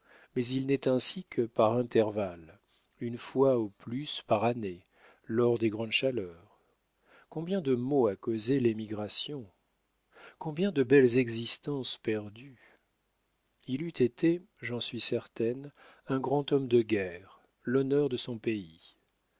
mais il n'est ainsi que par intervalles une fois au plus par année lors des grandes chaleurs combien de maux a causés l'émigration combien de belles existences perdues il eût été j'en suis certaine un grand homme de guerre l'honneur de son pays